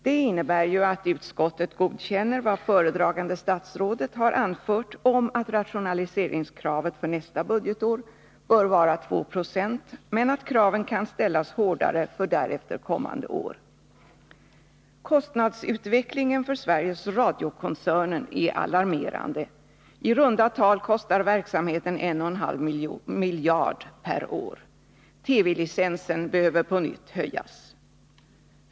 Det innebär att utskottet godkänner vad föredragande statsrådet har anfört om att rationaliseringskravet för nästa budgetår bör vara 2 Jo men att kraven kan ställas hårdare för därefter kommande år. Kostnadsutvecklingen för Sveriges Radio-koncernen är alarmerande. I runt tal kostar verksamheten en och en halv miljard kronor per år. TV-licensen behöver på nytt höjas.